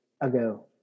ago